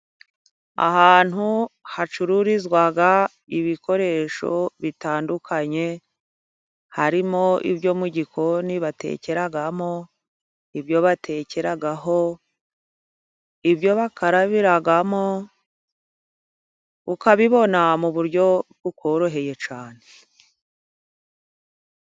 Ahantu hacururizwa ibikoresho bitandukanye, harimo ibyo mu gikoni batekeramo, ibyo batekeraho n'ibyo bakarabiramo . Ukabibona mu buryo bukoroheye cyane.